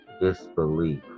Disbelief